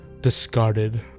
discarded